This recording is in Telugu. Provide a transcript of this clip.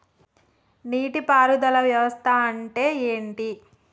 నీటి పారుదల వ్యవస్థ అంటే ఏంటి?